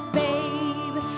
babe